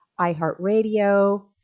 iHeartRadio